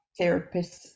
therapists